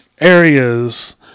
areas